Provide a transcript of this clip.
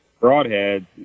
broadheads